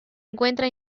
encuentra